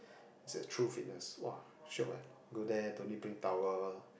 it's a True Fitness !wah! shiok eh go there don't need bring towel